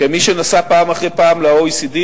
כמי שנסע פעם אחרי פעם ל-OECD,